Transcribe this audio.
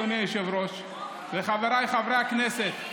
אדוני היושב-ראש וחבריי חברי הכנסת,